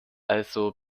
also